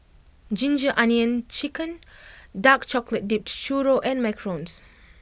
Ginger Onions Chicken Dark Chocolate Dipped Churro and Macarons